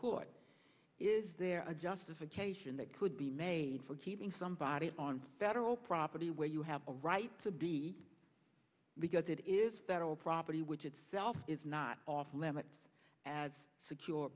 court is there a justification that could be made for keeping somebody on federal property where you have a right to be because it is that all property which itself is not off limits as secure